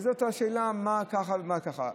וזאת השאלה, מה ככה ומה ככה.